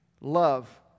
love